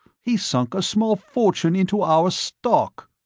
he's sunk a small fortune into our stock.